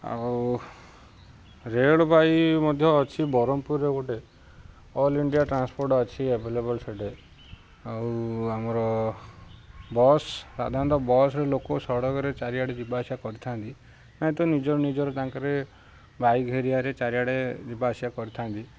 ଆଉ ରେଳବାଇ ମଧ୍ୟ ଅଛି ବରଂପୁରରେ ଗୋଟେ ଅଲ୍ ଇଣ୍ଡିଆ ଟ୍ରାନ୍ସପୋର୍ଟ ଅଛି ଏଭେଲେବୁଲ୍ ସେଠେ ଆଉ ଆମର ବସ୍ ସାଧାରଣତଃ ବସ୍ରେ ଲୋକ ସଡ଼କରେ ଚାରିଆଡ଼େ ଯିବା ଆସିବା କରିଥାନ୍ତି ନାଇଁ ତ ନିଜର ନିଜର ତାଙ୍କର ବାଇକ୍ ହେରିକାରେ ଚାରିଆଡ଼େ ଯିବା ଆସିବା କରିଥାନ୍ତି